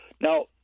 Now